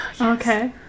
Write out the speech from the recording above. Okay